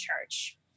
church